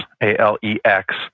A-L-E-X